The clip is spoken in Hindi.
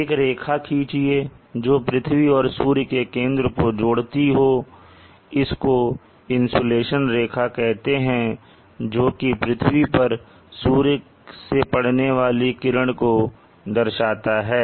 एक रेखा खींचिए जो पृथ्वी और सूर्य के केंद्र को जोड़ती हो इसको इंसुलेशन रेखा कहते हैं जोकि पृथ्वी पर सूर्य से पढ़ने वाली किरण को दर्शाता है